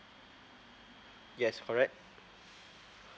yes correct